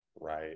right